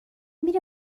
میره